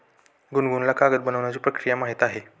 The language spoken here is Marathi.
गुनगुनला कागद बनवण्याची प्रक्रिया माहीत आहे